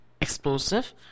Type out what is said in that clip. explosive